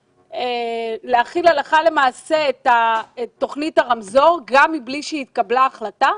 להחיל הלכה למעשה את תוכנית הרמזור גם בלי שהתקבלה החלטה.